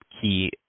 key